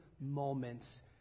moments